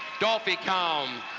dolfi kalm,